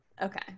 Okay